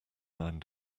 nine